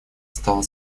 стало